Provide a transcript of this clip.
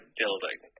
building